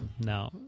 No